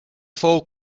fou